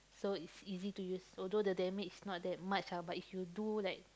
so it's easy to use although the damage not that much ah but if you do like